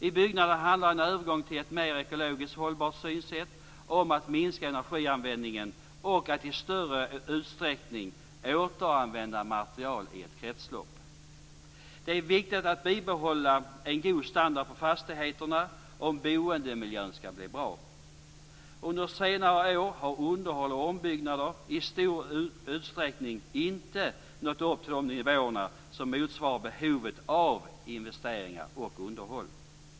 I byggnaderna handlar en övergång till ett mer ekologiskt hållbart synsätt om att minska energianvändningen och att i större utsträckning återanvända material i ett kretslopp. Det är viktigt att bibehålla en god standard på fastigheterna om boendemiljön skall bli bra. Under senare år har underhåll och ombyggnader i stor utsträckning inte nått upp till de nivåer som motsvarar behovet av investeringar och underhåll.